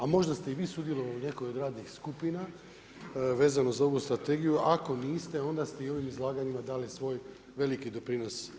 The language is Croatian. A možda ste i vi sudjelovali u nekoj od radnih skupina vezano za ovu strategiju, ako niste onda ste u izlaganjima dali svoj veliki doprinos.